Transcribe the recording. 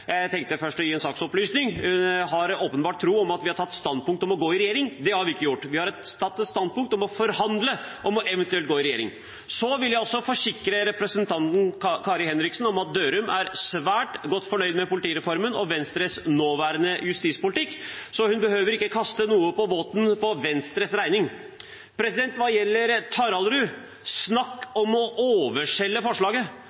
Jeg tenkte først å gi en saksopplysning: Hun er åpenbart i den tro at vi har tatt et standpunkt om å gå i regjering. Det har vi ikke gjort. Vi har tatt et standpunkt om å forhandle om eventuelt å gå i regjering. Så vil jeg også forsikre representanten Kari Henriksen om at Dørum er svært godt fornøyd med politireformen og Venstres nåværende justispolitikk, så hun behøver ikke å kaste noe på båten på Venstres regning. Hva gjelder Taraldrud: Snakk om å overselge forslaget!